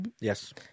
Yes